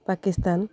Pakistan